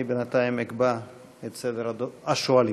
אני בינתיים אקבע את סדר השואלים.